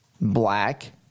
black